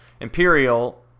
Imperial